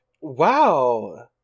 Wow